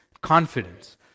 confidence